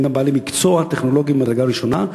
הם גם בעלי מקצוע טכנולוגי ממדרגה ראשונה,